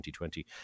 2020